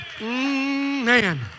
Man